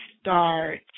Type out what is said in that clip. start